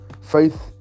faith